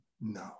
no